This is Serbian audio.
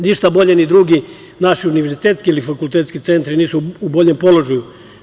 Ništa bolje ni drugi naši univerzitetski ili fakultetski centri nisu u boljem položaju.